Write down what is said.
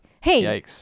hey